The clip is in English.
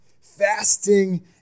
fasting